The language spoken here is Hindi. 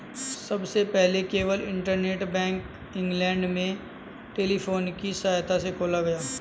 सबसे पहले केवल इंटरनेट बैंक इंग्लैंड में टेलीफोन की सहायता से खोला गया